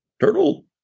Turtle